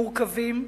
מורכבים,